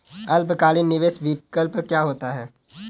अल्पकालिक निवेश विकल्प क्या होता है?